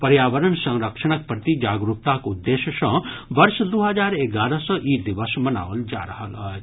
पर्यावरण संरक्षणक प्रति जागरूकताक उद्देश्य सँ वर्ष दू हजार एगारह सँ ई दिवस मनाओल जाइत अछि